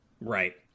Right